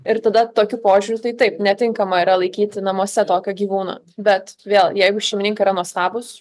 ir tada tokiu požiūriu tai taip netinkama yra laikyti namuose tokio gyvūno bet vėl jeigu šeimininkai yra nuostabūs